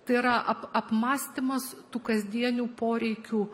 tai yra ap apmąstymas tų kasdienių poreikių